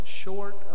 short